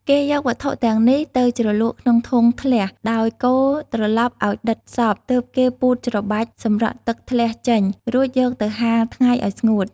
គេយកវត្ថុទាំំងនេះទៅជ្រលក់ក្នុងធុងធ្លះ ដោយកូរត្រឡប់ឱ្យដិតសព្វ ទើបគេពូតច្របាច់សម្រក់ទឹកធ្លះចេញ រួចយកទៅហាលថ្ងៃឱ្យស្ងួត។